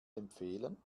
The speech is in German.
empfehlen